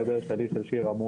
שלי ושל שירה,